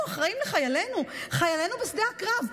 אנחנו אחראים לחיילינו, חיילינו בשדה הקרב.